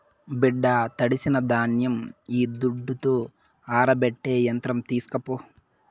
బిడ్డా తడిసిన ధాన్యం ఈ దుడ్డుతో ఆరబెట్టే యంత్రం తీస్కోపో